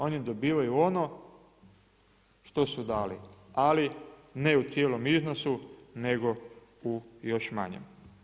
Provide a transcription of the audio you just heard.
Oni dobivaju ono što su dali, ali ne u cijelom iznosu, nego u još manjem.